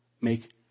make